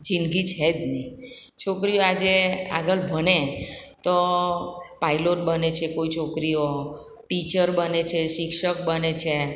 જિંદગી છે જ નહીં છોકરીઓ આજે આગળ ભણે તો પાયલોટ બને છે કોઈ છોકરીઓ ટીચર બને છે શિક્ષક બને છે